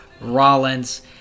Rollins